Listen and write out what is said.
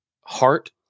heart-